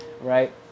right